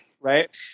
right